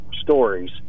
stories